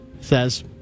says